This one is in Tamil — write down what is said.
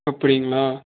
அப்படிங்களா